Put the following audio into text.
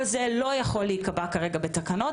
אלא שכל זה לא יכול להיקבע כרגע בתקנות,